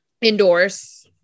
indoors